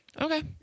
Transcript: Okay